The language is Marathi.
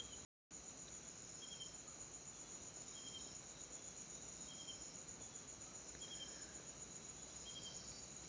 माका फायनांस पडल्यार पण फायदो झालेलो